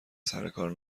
سرکار